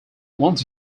once